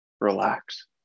relax